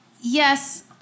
yes